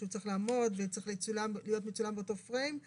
שהוא צריך לעמוד ולהיות מצולם באותו פריים,